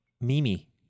Mimi